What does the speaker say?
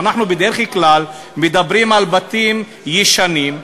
ואנחנו בדרך כלל מדברים על בתים ישנים,